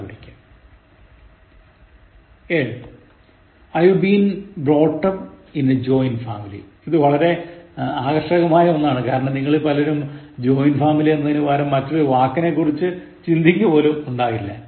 7 I've been brought up in a joint family ഇത് വളരെ ആകർഷകമായ ഒന്നാണ് കാരണം നിങ്ങളിൽ പലരും joint family എന്നതിന് പകരം മറ്റൊരു വാക്കിനെക്കുറിച്ച് ചിന്തിക്കുന്നു പോലും ഉണ്ടാകില്ല